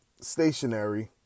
stationary